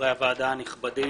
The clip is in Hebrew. חברי הוועדה הנכבדים,